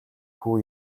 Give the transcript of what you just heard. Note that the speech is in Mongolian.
хүү